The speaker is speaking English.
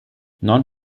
non